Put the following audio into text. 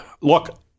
look